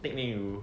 take then you